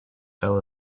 fell